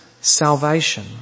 salvation